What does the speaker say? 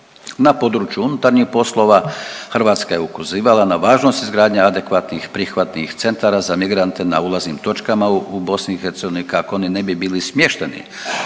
Na području unutarnjih poslova Hrvatska je ukazivala na važnost izgradnje adekvatnih prihvatnih centara za migrante na ulaznim točkama u BiH kako oni ne bi bili smješteni